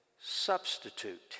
substitute